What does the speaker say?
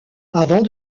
avant